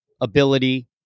ability